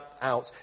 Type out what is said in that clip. out